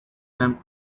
them